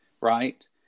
right